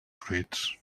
fruits